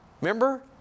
Remember